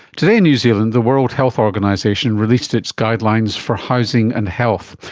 today in new zealand the world health organisation released its guidelines for housing and health.